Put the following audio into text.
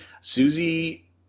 Susie